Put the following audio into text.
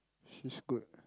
she's good